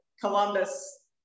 Columbus